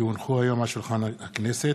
כי הונחו היום על שולחן הכנסת,